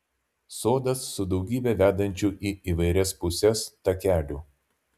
sodas su daugybe vedančių į įvairias puses takelių